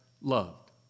loved